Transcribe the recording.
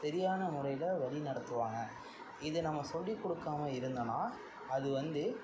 சரியான முறையில் வழிநடத்துவாங்க இது நம்ம சொல்லிக்கொடுக்காம இருந்தனா அது வந்து